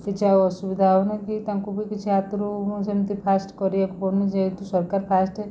କିଛି ଆଉ ଅସୁବିଧା ହେଉନାହିଁ କି ତାଙ୍କୁ ବି କିଛି ହାତରୁ ସେମିତି ଫାଷ୍ଟ୍ କରିବାକୁ ପଡ଼ୁନି ଯେହେତୁ ସରକାର ଫାଷ୍ଟ୍